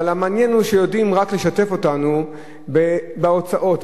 אבל המעניין הוא שיודעים לשתף אותנו רק בהוצאות,